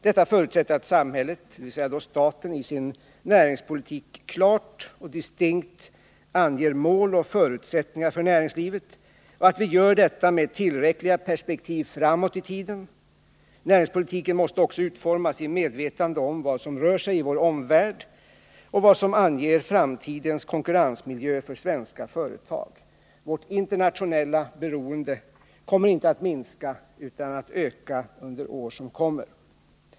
Detta förutsätter att samhället, dvs. staten, i sin näringspolitik klart och distinkt anger mål och förutsättningar för näringslivet och att vi gör detta med tillräckliga perspektiv framåt i tiden. Näringspolitiken måste också utformas imedvetande om vad som rör sig i vår omvärld och vad som anger framtidens konkurrensmiljö för svenska företag. Vårt internationella beroende kommer inte att minska utan att öka under år som kommer.